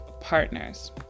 partners